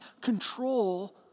control